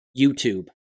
YouTube